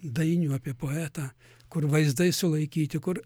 dainių apie poetą kur vaizdai sulaikyti kur